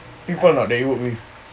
people or not that you work with